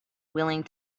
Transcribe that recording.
willing